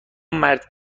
مرد